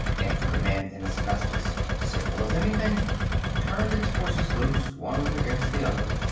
answered the man in asbestos. simple as anything turned its forces loose one against the other,